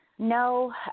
No